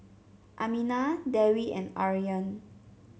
Aminah Dewi and Aryan